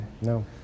No